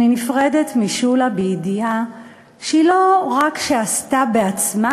אני נפרדת משולה בידיעה שלא רק שהיא עשתה בעצמה